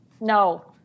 No